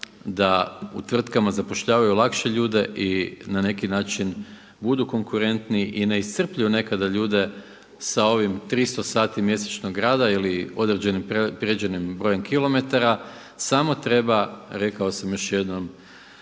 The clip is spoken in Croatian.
da u tvrtkama zapošljavaju lakše ljude i na neki način budu konkurentniji i ne iscrpljuju nekada ljude sa ovih 300 sati mjesečnog rada ili određenim brojem kilometara. Samo treba, rekao sam još jednom